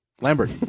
lambert